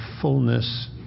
fullness